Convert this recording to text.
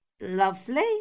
Lovely